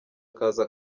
akaza